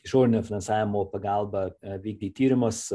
išorinio finansavimo pagalba vykdyt tyrimus